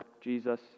Jesus